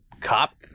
cop